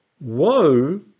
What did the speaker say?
Woe